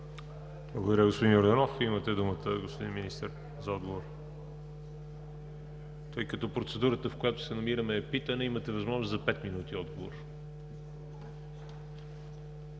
Благодаря, господин Йорданов. Имате думата за отговор, господин Министър. Тъй като процедурата, в която се намираме, е питане, имате възможност за пет минути отговор.